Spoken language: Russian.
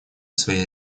своей